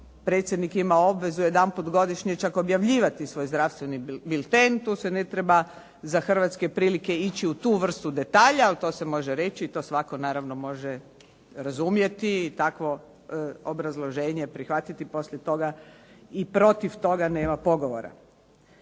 predsjednik ima obvezu jedanput godišnje čak objavljivati svoj zdravstveni bilten. Tu se ne treba za hrvatske prilike ići u tu vrstu detalja, ali to se može reći i to svatko naravno može razumjeti i takvo obrazloženje prihvatiti. Poslije toga i protiv toga nema pogovora.